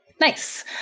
Nice